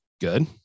good